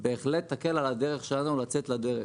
בהחלט יקל עלינו לצאת לדרך.